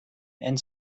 and